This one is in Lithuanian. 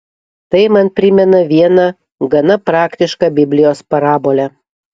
tai man primena vieną gana praktišką biblijos parabolę